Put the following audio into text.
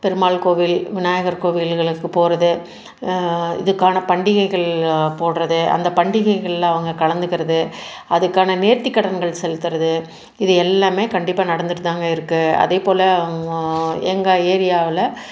பெருமாள் கோவில் விநாயகர் கோவில்களுக்கு போகிறது இதுக்கான பண்டிகைகள் போடுறது அந்த பண்டிகைகள்ள அவங்க கலந்துக்கிறது அதுக்கான நேர்த்திக்கடன்கள் செலுத்துகிறது எல்லாமே கண்டிப்பாக நடந்திட்டு தாங்க இருக்குது அதேப்போல எங்க ஏரியாவில்